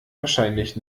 wahrscheinlich